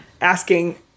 asking